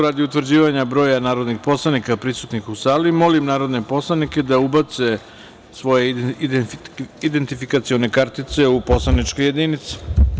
Radi utvrđivanja broja narodnih poslanika prisutnih u sali, molim narodne poslanike da ubace svoje identifikacione kartice u poslaničke jedinice.